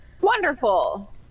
Wonderful